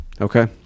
Okay